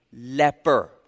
leper